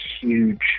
huge